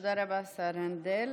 תודה רבה, השר הנדל.